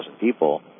people